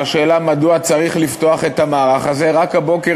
על השאלה מדוע צריך לפתוח את המערך הזה: רק הבוקר